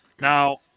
Now